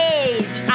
age